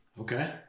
Okay